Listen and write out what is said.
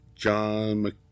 John